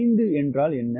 5 என்றால் என்ன